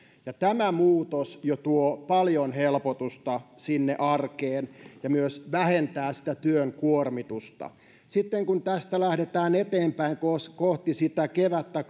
ja jo tämä muutos tuo paljon helpotusta sinne arkeen ja myös vähentää työn kuormitusta sitten kun tästä lähdetään eteenpäin kohti kevättä